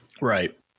Right